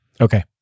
Okay